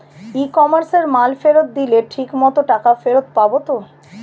ই কমার্সে মাল ফেরত দিলে ঠিক মতো টাকা ফেরত পাব তো?